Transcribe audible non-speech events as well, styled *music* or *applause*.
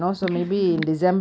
*laughs*